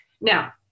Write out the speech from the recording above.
Now